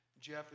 Jeff